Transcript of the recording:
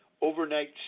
overnight